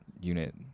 unit